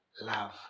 love